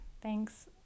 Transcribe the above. thanks